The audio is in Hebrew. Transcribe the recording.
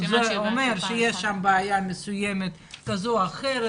זה אומר שיש שם בעיה מסוימת כזו או אחרת.